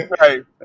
Right